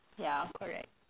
ya correct